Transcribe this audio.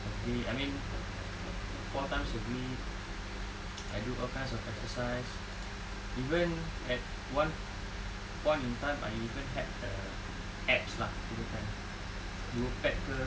per day I mean four times a week I do all kinds of exercise even at one point in time I even had a abs lah kirakan dua pack ke